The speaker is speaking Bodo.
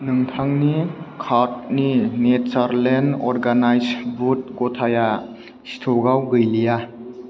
नोंथांनि काबनि नेचारलेण्ड अर्गेनाइस बुद गथाया स्टकआव गैलिया